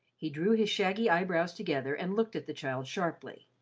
he drew his shaggy eyebrows together and looked at the child sharply.